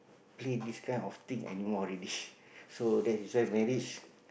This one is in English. play this kind of thing anymore already so that is why marriage